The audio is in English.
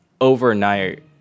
overnight